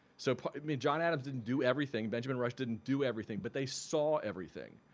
so i mean john adams didn't do everything. benjamin rush didn't do everything but they saw everything.